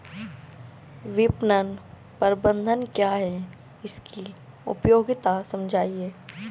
विपणन प्रबंधन क्या है इसकी उपयोगिता समझाइए?